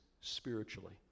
spiritually